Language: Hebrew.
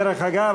דרך אגב,